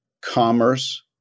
commerce